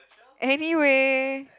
anyway